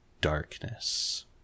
Darkness